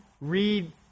read